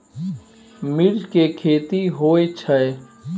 मरीच के खेती होय छय?